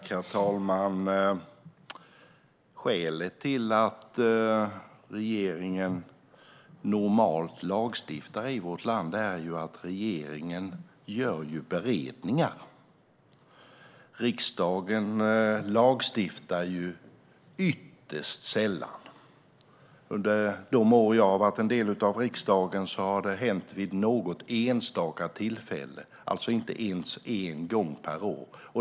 Herr talman! Skälet till att regeringen normalt lagstiftar i vårt land är att regeringen gör beredningar. Riksdagen lagstiftar ytterst sällan. Under de år jag har varit en del av riksdagen har det hänt vid något enstaka tillfälle, alltså inte ens en gång per år.